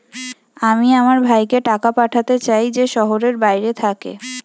আমি আমার ভাইকে টাকা পাঠাতে চাই যে শহরের বাইরে থাকে